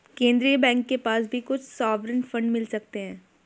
केन्द्रीय बैंक के पास भी कुछ सॉवरेन फंड मिल सकते हैं